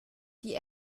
die